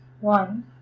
one